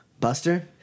Buster